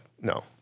no